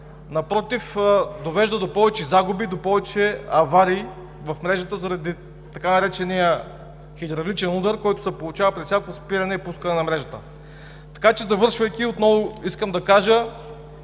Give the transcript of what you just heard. напротив – довежда до повече загуби, до повече аварии в мрежата заради така наречения хидравличен удар, който се получава при всяко спиране и пускане на мрежата. Завършвайки, отново искам да кажа,